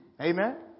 Amen